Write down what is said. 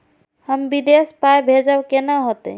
हम विदेश पाय भेजब कैना होते?